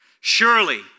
Surely